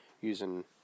using